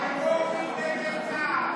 הרפורמים נגד צה"ל.